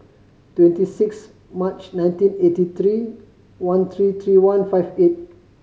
twenty six March nineteen eighty three one three three one five eight